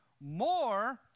more